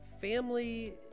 Family